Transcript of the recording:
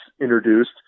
introduced